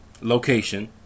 location